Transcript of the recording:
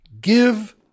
Give